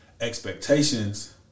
Expectations